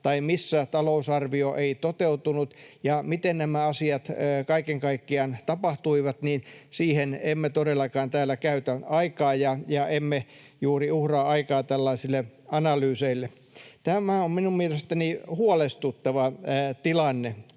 tai missä talousarvio ei toteutunut, ja miten nämä asiat kaiken kaikkiaan tapahtuivat — emme todellakaan täällä käytä aikaa, ja emme juuri uhraa aikaa tällaisille analyyseille. Tämä on minun mielestäni huolestuttava tilanne.